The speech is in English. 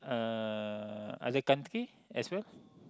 uh other country as well